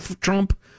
Trump